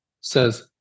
says